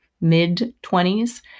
mid-20s